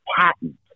patent